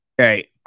Okay